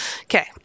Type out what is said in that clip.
Okay